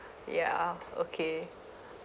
ya okay